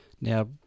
Now